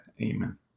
Amen